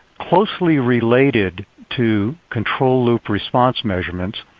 closely related to control loop response measurements